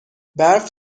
برف